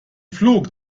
flug